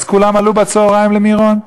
אז כולם עלו בצהריים למירון.